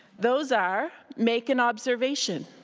those are make an observation,